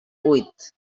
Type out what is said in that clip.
huit